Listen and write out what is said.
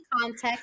context